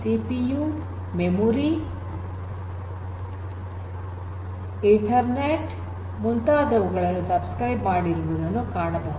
CPU memory ethernet ಮುಂತಂದುವುಗಳನ್ನು subscribe ಮಾಡಿರುವುದನ್ನು ಕಾಣಬಹುದು